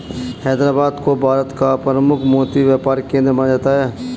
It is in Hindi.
हैदराबाद को भारत का प्रमुख मोती व्यापार केंद्र माना जाता है